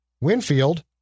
Winfield